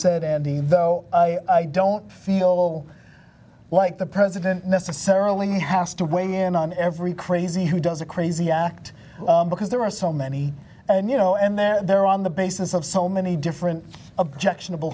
said and even though i don't feel like the president necessarily has to weigh in on every crazy who does a crazy act because there are so many and you know and then there on the basis of so many different objectionable